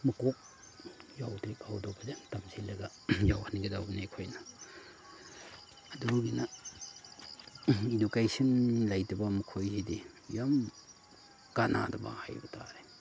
ꯃꯀꯣꯛ ꯌꯥꯎꯗ꯭ꯔꯤ ꯐꯥꯎꯗꯣ ꯐꯖꯅ ꯇꯝꯁꯤꯜꯂꯒ ꯌꯥꯎꯍꯟꯒꯗꯧꯕꯅꯤ ꯑꯩꯈꯣꯏꯅ ꯑꯗꯨꯒꯤꯅ ꯏꯗꯨꯀꯦꯁꯟ ꯂꯩꯇꯕ ꯃꯈꯣꯏꯒꯤꯗꯤ ꯌꯥꯝ ꯀꯥꯅꯗꯕ ꯍꯥꯏꯕ ꯇꯥꯔꯦ